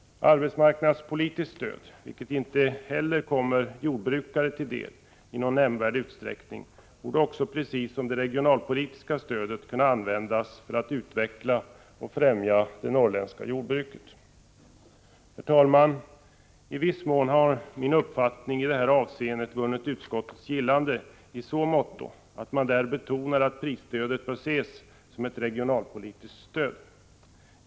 Arbetsmarknadspolitiskt stöd, vilket inte heller det kommer jordbrukare till del i någon nämnvärd utsträckning, borde också, precis som det regionalpolitiska stödet, kunna användas för att utveckla och främja det norrländska jordbruket. Herr talman! I viss mån har min uppfattning i detta avseende vunnit utskottets gillande — i så måtto att man där betonar att prisstödet bör ses som ett regionalpolitiskt stöd.